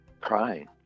crying